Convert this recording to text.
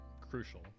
Crucial